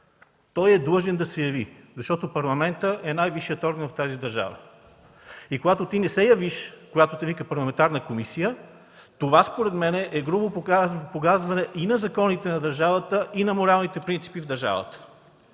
той е длъжен да се яви, защото Парламентът е най-висшият орган в тази държава. Когато не се явиш, когато те вика парламентарна комисия, според мен това е грубо погазване и на законите на държавата, и на моралните принципи в държавата.